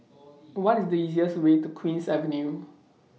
What IS The easiest Way to Queen's Avenue